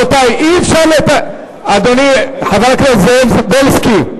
אי-אפשר, חבר הכנסת זאב בילסקי,